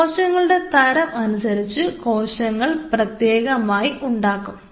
കോശങ്ങളുടെ തരം അനുസരിച്ച് കോശങ്ങൾ പ്രത്യേകമായി ഉണ്ടാക്കും